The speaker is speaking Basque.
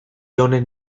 honen